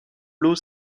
l’eau